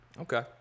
Okay